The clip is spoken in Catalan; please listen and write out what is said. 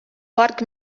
porc